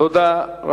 תודה.